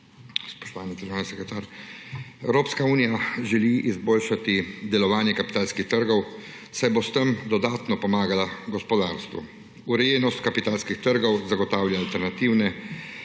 Spoštovani državni sekretar! Evropska unija želi izboljšati delovanje kapitalskih trgov, saj bo s tem dodatno pomagala gospodarstvu. Urejenost kapitalskih trgov zagotavlja alternativne